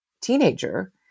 teenager